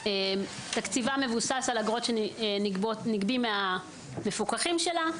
תקציבה מבוסס על אגרות שנגבות מהמפוקחים שלה.